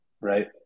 Right